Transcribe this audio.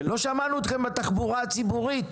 לא שמענו אתכם בתחבורה הציבורית,